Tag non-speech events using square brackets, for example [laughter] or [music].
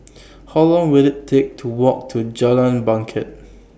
[noise] How Long Will IT Take to Walk to Jalan Bangket